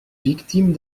victime